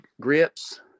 grips